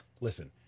Listen